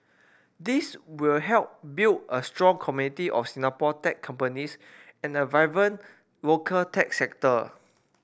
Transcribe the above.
this will help build a strong community of Singapore tech companies and a vibrant local tech sector